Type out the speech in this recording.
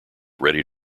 ready